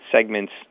segments